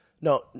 No